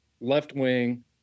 left-wing